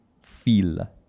feel